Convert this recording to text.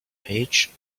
page